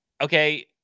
okay